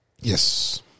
Yes